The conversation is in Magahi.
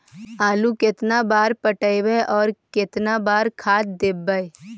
आलू केतना बार पटइबै और केतना बार खाद देबै?